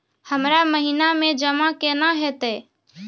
हमरा महिना मे जमा केना हेतै?